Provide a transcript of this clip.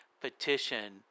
petition